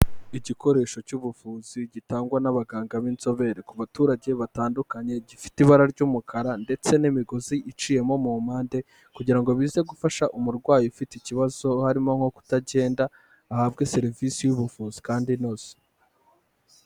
Igikoresho cy'ubuvuzi gitangwa n'abaganga b'inzobere ku baturage batandukanye gifite ibara ry'umukara ndetse n'imigozi iciyemo mu mpande kugira ngo bize gufasha umurwayi ufite ikibazo harimo nko kutagenda ahabwa serivisi y'ubuvuzi kandi inoze.